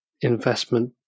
investment